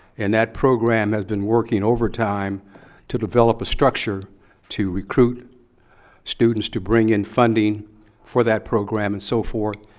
and that program has been working overtime to develop a structure to recruit students to bring in funding for that program and so forth.